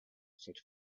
said